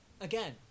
Again